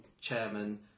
chairman